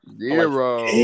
Zero